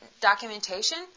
documentation